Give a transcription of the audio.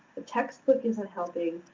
the textbook isn't helping,